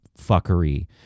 fuckery